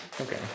Okay